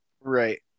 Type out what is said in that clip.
Right